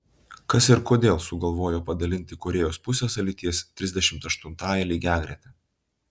kas ir kodėl sugalvojo padalinti korėjos pusiasalį ties trisdešimt aštuntąja lygiagrete